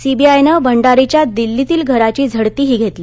सीबीआयनं भंडारीच्या दिल्लीतील घराची झडतीही घेतली